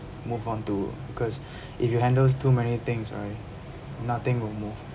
move on to because if you handles too many things right nothing will move